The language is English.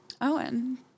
Owen